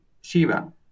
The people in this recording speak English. Shiva